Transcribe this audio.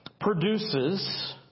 Produces